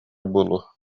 буолуо